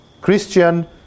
Christian